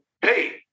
hey